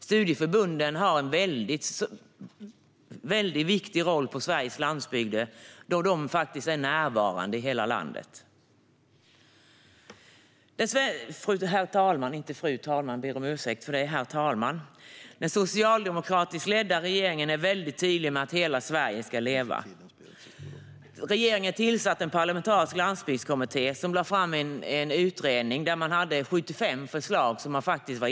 Studieförbunden har en viktig roll på Sveriges landsbygder eftersom de är närvarande i hela landet. Herr talman! Den socialdemokratiskt ledda regeringen har varit tydlig med att hela Sverige ska leva. Man tillsatte därför en parlamentarisk landsbygdskommitté, och den lade enigt fram en utredning med 75 förslag.